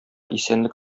исәнлек